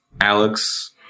Alex